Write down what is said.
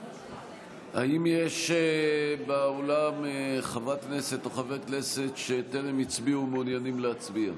האם יש באולם חברת כנסת או חבר כנסת שטרם הצביעו ומעוניינים להצביע?